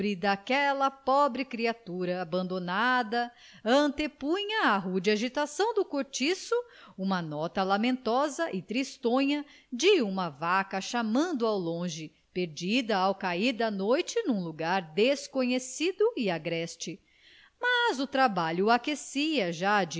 daquela pobre criatura abandonada antepunha à rude agitação do cortiço uma nota lamentosa e tristonha de uma vaca chamando ao longe perdida ao cair da noite num lagar desconhecido e agreste mas o trabalho aquecia já